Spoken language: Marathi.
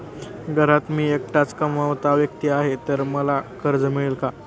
घरात मी एकटाच कमावता व्यक्ती आहे तर मला कर्ज मिळेल का?